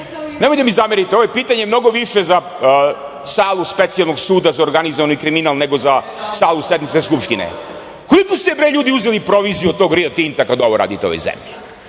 nemojte mi zameriti, ovo je pitanje mnogo više za salu Specijalnog suda za organizovani kriminal, nego za salu sednice Skupštine - koliko ste bre ljudi uzeli proviziju od toga Rio Tinta kada ovo radite ovoj zemlji?